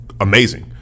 amazing